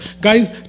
Guys